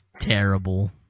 terrible